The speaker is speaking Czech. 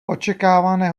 očekávané